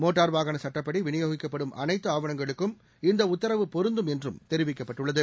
motor வாகன சுட்டபடி வினியோகிக்கப்படும் அனைத்து ஆவணங்களுக்கும் இந்த உத்தரவு பொருந்தும் என்று தெரிவிக்கப்பட்டுள்ளது